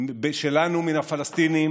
שלנו מן הפלסטינים,